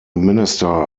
minister